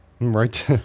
Right